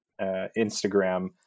Instagram